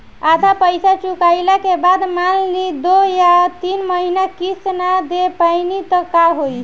आधा पईसा चुकइला के बाद मान ली दो या तीन महिना किश्त ना दे पैनी त का होई?